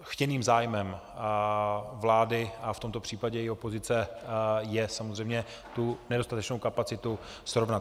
Chtěným zájmem vlády a v tomto případě i opozice je samozřejmě nedostatečnou kapacitu srovnat.